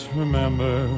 remember